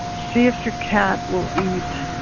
see if your cat will eat